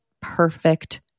perfect